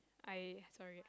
I sorry